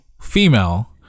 female